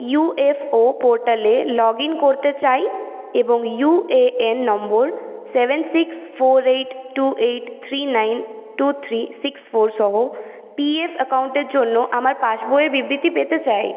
you F O পোর্টালে log in করতে চাই এবং U A N number seven six four eight two eight three nine two three six four সহ P F অ্যাকাউন্টের জন্য আমার পাসবইয়ের বিবৃতি পেতে চাই